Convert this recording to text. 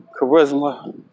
charisma